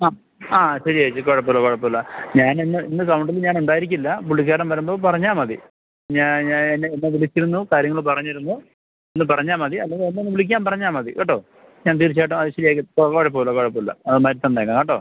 ആ ആ ശരി ചേച്ചി കുഴപ്പമില്ല കുഴപ്പമില്ല ഞാനിന്ന് ഇന്ന് കൗണ്ടറില് ഞാനുണ്ടായിരിക്കില്ല പുള്ളിക്കാരൻ വരുമ്പം പറഞ്ഞാൽ മതി ഞാ ഞാന് എന്നെ എന്നെ വിളിച്ചിരുന്നു കാര്യങ്ങള് പറഞ്ഞിരുന്നു ഒന്ന് പറഞ്ഞാൽ മതി അല്ലെങ്കിൽ എന്നെ ഒന്ന് വിളിക്കാൻ പറഞ്ഞാൽ മതി കേട്ടോ ഞാൻ തീർച്ചയായിട്ടും അത് ശരിയാക്കി ഓ കുഴപ്പമില്ല കുഴപ്പമില്ല അത് മാറ്റി തന്നേക്കാം കേട്ടോ